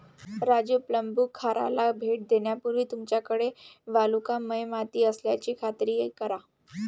राजू प्लंबूखाराला भेट देण्यापूर्वी तुमच्याकडे वालुकामय माती असल्याची खात्री करा